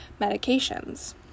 medications